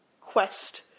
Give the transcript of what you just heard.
quest